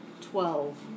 Twelve